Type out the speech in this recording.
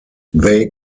they